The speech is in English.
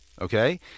okay